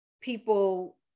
people